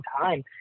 time